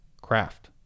craft